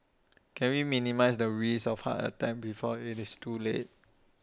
can we minimise the risk of heart attack before IT is too late